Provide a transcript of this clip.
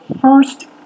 first